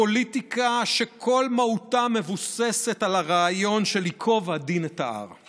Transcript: פוליטיקה שכל מהותה מבוססת על הרעיון של "ייקוב הדין את ההר";